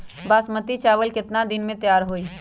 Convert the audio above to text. बासमती चावल केतना दिन में तयार होई?